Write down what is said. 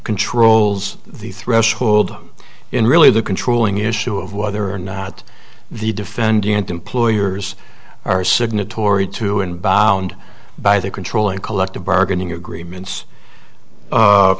controls the threshold in really the controlling issue of whether or not the defendant employers are signatory to and bound by the controlling collective bargaining agreements